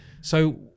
So-